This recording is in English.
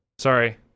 Sorry